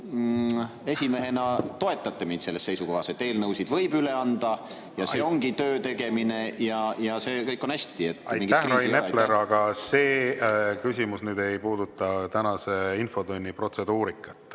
esimehena toetate mind selles seisukohas, et eelnõusid võib üle anda, ja see ongi töö tegemine ja kõik on hästi. Aitäh, Rain Epler! See küsimus ei puuduta tänase infotunni protseduurikat,